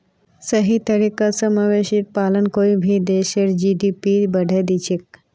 सही तरीका स मवेशी पालन कोई भी देशेर जी.डी.पी बढ़ैं दिछेक